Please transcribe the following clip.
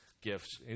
gifts